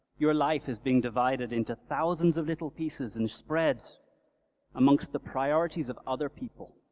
your life has been divided into thousands of little pieces and spread amongst the priorities of other people.